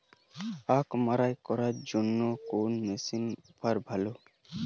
আখ মাড়াই করার জন্য কোন মেশিনের অফার ভালো?